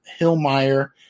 Hillmeyer